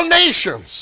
nations